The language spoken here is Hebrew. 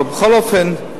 אבל בכל אופן,